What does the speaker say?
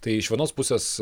tai iš vienos pusės